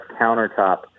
countertop